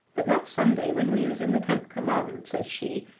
but last sunday, when we were in the tenth commandment, says she,